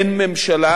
אין ממשלה